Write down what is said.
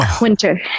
winter